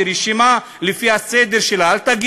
תשללו את הזכות שלנו לבחור ולהיבחר,